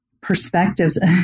perspectives